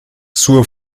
sua